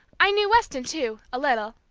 i knew weston, too, a little.